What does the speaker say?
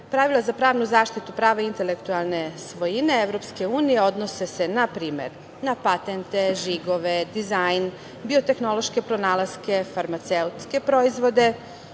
prava. Pravila za pravnu zaštitu prava intelektualne svojine EU odnose se npr. na patente, žigove, dizajn, biotehnološke pronalaske, farmaceutske proizvode.